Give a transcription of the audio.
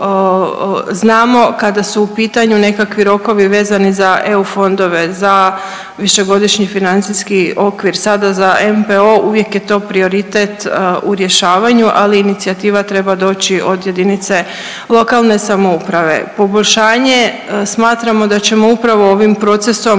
znamo kada su u pitanju nekakvi rokovi vezani za EU fondove, za višegodišnji financijski okvir, sada za NPOO, uvijek je to prioritet u rješavanju, ali inicijativa treba doći od jedinice lokalne samouprave. Poboljšanje, smatramo da ćemo upravo ovim procesom